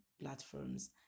platforms